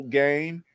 game